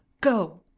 go